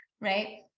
right